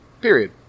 Period